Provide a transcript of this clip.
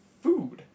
Food